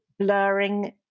blurring